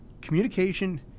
Communication